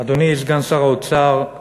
אדוני סגן שר האוצר,